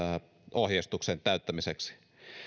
ohjeistuksen täyttämiseksi